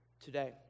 today